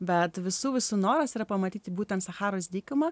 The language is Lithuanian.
bet visų visų noras yra pamatyti būtent sacharos dykumą